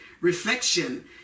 reflection